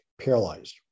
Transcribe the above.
paralyzed